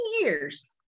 years